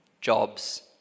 jobs